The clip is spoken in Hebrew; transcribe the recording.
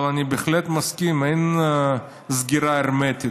אבל אני בהחלט מסכים: אין סגירה הרמטית.